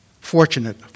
fortunate